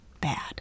bad